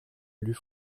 lut